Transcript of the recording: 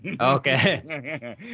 Okay